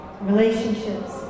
Relationships